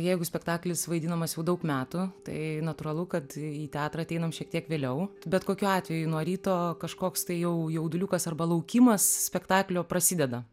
jeigu spektaklis vaidinamas jau daug metų tai natūralu kad į teatrą ateinam šiek tiek vėliau bet kokiu atveju nuo ryto kažkoks tai jau jauduliukas arba laukimas spektaklio prasideda